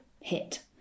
hit